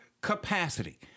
capacity